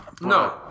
No